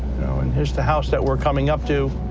know, and here's the house that we're coming up to.